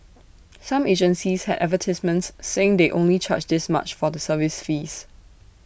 some agencies had advertisements saying they only charge this much for the service fees